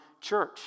church